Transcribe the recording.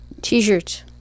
T-shirts